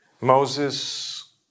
Moses